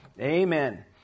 Amen